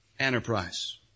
enterprise